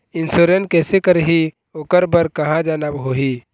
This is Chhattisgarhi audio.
इंश्योरेंस कैसे करही, ओकर बर कहा जाना होही?